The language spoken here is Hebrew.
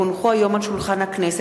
כי הונחו היום על שולחן הכנסת,